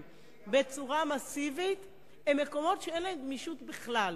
בצורה מסיבית הם מקומות שאין להם גמישות בכלל.